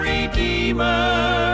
Redeemer